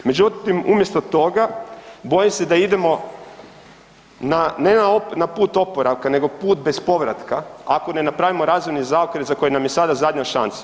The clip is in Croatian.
Međutim, umjesto toga, bojim se idemo, ne na put oporavka, nego put bez povratka ako ne napravimo razvojni zaokret za koji nam je sada zadnja šansa.